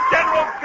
General